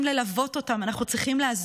אנחנו צריכים ללוות אותם,